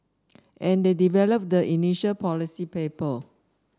and they develop the initial policy paper